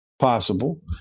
possible